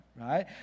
Right